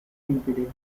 impeded